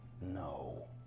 No